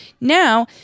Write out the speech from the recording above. Now